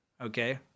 okay